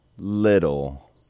little